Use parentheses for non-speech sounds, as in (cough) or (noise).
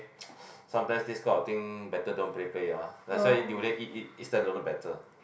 (noise) sometimes this kind of thing better don't play play ah that's why durian eat eat instead don't know better